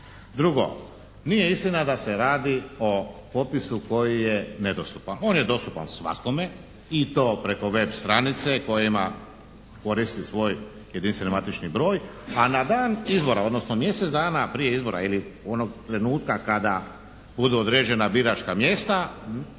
Drugo, nije istina da se radi o popisu koji je nedostupan. On je dostupan svakome i to preko web stranice koja ima, koristi svoj jedinstveni matični broj, a na dan izbora, odnosno mjesec dana prije izbora ili onog trenutka kada budu određena biračka mjesta